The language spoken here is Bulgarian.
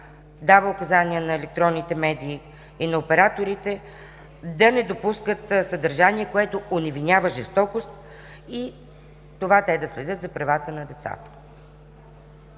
дава указания на електронните медии и на операторите да не допускат съдържание, което оневинява жестокост, и това – те да следят за правата на децата.